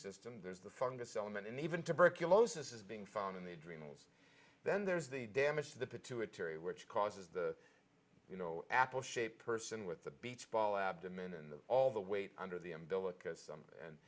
system there's the fungus element and even tuberculosis is being found in the adrenals then there's the damage to the pituitary which causes the you know apple shaped person with the beachball abdomen and all the weight under the umbilic